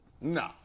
no